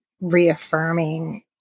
reaffirming